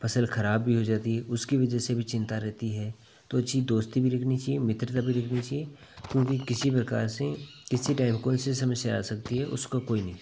फसल खराब भी हो जाती है उसकी वजह से भी चिंता रहेती है तो अच्छी दोस्ती भी रखनी चाहिए मित्रता भी रखनी चाहिए क्योंकि किसी प्रकार से किसी टाइम कौन सी समस्या आ सकती है उसकाे कोई नई